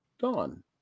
gone